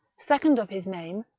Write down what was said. second of his name.